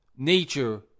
Nature